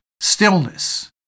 Stillness